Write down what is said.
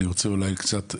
אני רוצה לחרוג קצת,